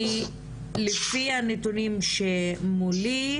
בשנת 2020 הגשנו 20